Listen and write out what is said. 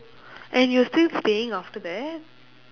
and you're still staying after that